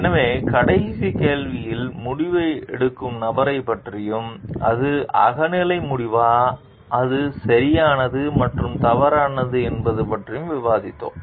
எனவே கடைசி கேள்வியில் முடிவை எடுக்கும் நபரைப் பற்றியும் அது அகநிலை முடிவா அது சரியானது மற்றும் தவறானது என்பதையும் பற்றி விவாதித்தோம்